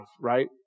right